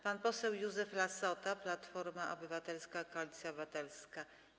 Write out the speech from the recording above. Pan poseł Józef Lassota, Platforma Obywatelska - Koalicja Obywatelska.